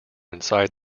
inside